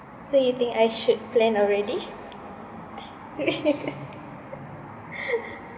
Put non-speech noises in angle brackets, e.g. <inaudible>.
so you think I should plan already <laughs>